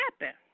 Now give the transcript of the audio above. happen